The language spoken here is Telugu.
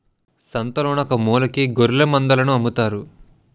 సంతలోన ఒకమూలకి గొఱ్ఱెలమందలను అమ్ముతారు